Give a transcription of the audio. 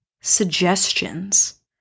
suggestions